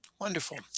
Wonderful